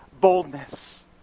boldness